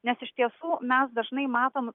nes iš tiesų mes dažnai matom